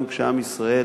גם כשעם ישראל